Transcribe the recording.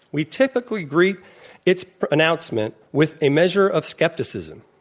we typically greet its announcement with a measure of skepticism.